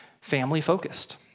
family-focused